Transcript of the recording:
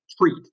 treat